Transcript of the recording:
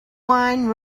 wine